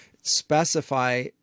specify